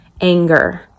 anger